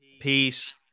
Peace